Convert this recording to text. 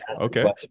Okay